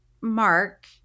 Mark